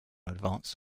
advanced